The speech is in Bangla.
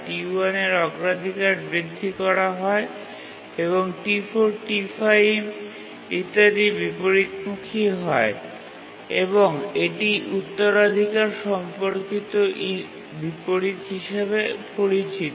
T1 এর অগ্রাধিকার বৃদ্ধি করা হয় এবং T4 T5 ইত্যাদি বিপরীতমুখী হয় এবং এটি উত্তরাধিকার সম্পর্কিত বিপরীত হিসাবে পরিচিত